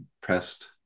pressed